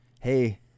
Hey-